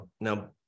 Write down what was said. Now